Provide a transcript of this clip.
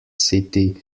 city